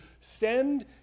send